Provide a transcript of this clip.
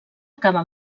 acaba